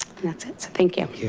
that's it, thank you.